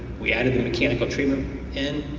we added the mechanical treatment in,